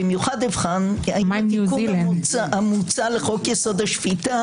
במיוחד אבחן האם התיקון המוצע לחוק יסוד: השפיטה